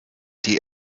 die